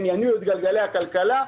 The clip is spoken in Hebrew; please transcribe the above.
הם יניעו את גלגלי הכלכלה.